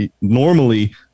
normally